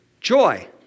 Joy